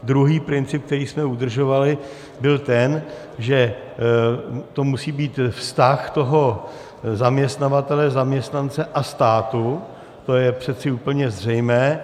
Druhý princip, který jsme udržovali, byl ten, že to musí být vztah zaměstnavatele, zaměstnance a státu, to je přece úplně zřejmé.